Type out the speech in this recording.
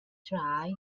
try